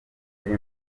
film